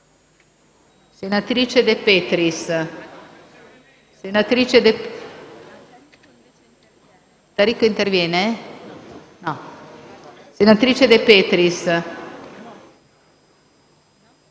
senatrice De Petris